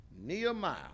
Nehemiah